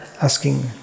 asking